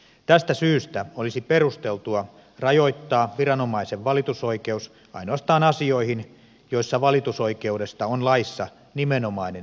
tästä syystä olisi perusteltua rajoittaa viranomaisen valitusoikeus ainoastaan asioihin joissa valitusoikeudesta on laissa nimenomainen erityissäännös